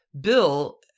Bill